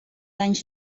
anys